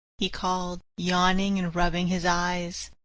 he called, yawning and rubbing his eyes.